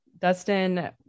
Dustin